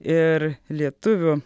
ir lietuvių